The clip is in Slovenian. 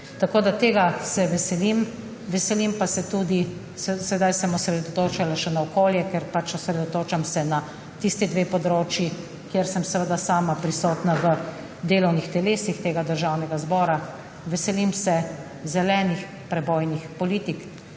žici. Tega se veselim. Veselim pa se tudi – sedaj se bom osredotočila še na okolje, ker se osredotočam na tisti dve področji, kjer sem sama prisotna v delovnih telesih tega državnega zbora. Veselim se zelenih prebojnih politik.